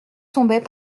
tombait